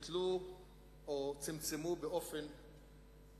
ביטלו או צמצמו באופן